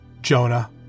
Jonah